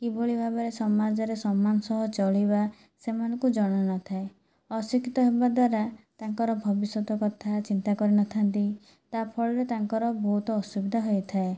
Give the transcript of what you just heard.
କିଭଳି ଭାବରେ ସମାଜରେ ସମ୍ମାନ ସହ ଚଳିବା ସେମାନଙ୍କୁ ଜଣା ନଥାଏ ଅଶିକ୍ଷିତ ହେବାଦ୍ୱାରା ତାଙ୍କର ଭବିଷ୍ୟତ କଥା ଚିନ୍ତା କରି ନଥାନ୍ତି ତା'ଫଳରେ ତାଙ୍କର ବହୁତ ଅସୁବିଧା ହୋଇଥାଏ